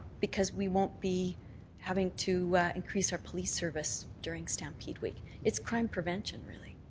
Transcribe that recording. because we won't be having to increase our police service during stampede week. it's crime prevention really.